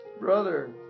brother